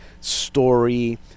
story